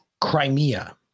Crimea